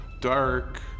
dark